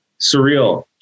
Surreal